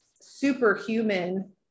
superhuman